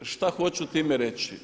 Šta hoću time reći?